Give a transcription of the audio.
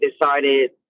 decided